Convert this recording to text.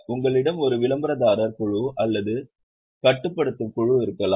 உங்களிடம் ஒரு விளம்பரதாரர் குழு அல்லது கட்டுப்படுத்தும் குழு இருக்கலாம்